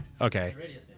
Okay